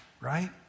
Right